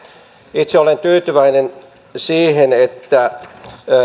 itse olen tyytyväinen siihen että